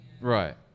Right